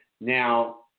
Now